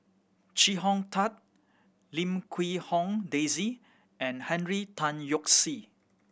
Chee Hong Tat Lim Quee Hong Daisy and Henry Tan Yoke See